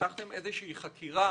האם פתחתם איזו שהיא חקירה